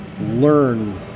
learn